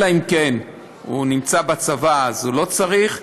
אלא אם כן הוא נמצא בצבא, ואז הוא לא צריך.